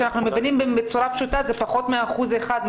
וכשאנחנו מבינים בצורה פשוטה זה פחות מאחוז אחד,